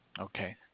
Okay